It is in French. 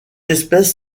espèce